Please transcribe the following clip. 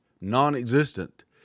non-existent